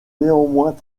néanmoins